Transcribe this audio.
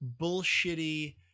bullshitty